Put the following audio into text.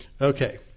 Okay